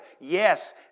Yes